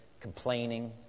complaining